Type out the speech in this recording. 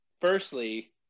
firstly